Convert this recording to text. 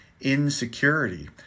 insecurity